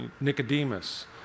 Nicodemus